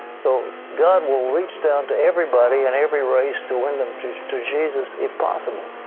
so god will reach down to everybody and every race to win them to to jesus if possible.